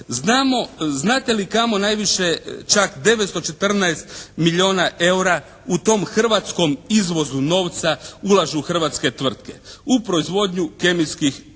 znate li kamo najviše, čak 914 milijuna EUR-a u tom hrvatskom izvozu novca ulažu hrvatske tvrtke? U proizvodnju kemijskih proizvoda.